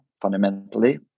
fundamentally